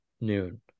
noon